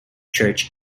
church